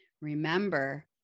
Remember